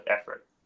effort